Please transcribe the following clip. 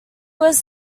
was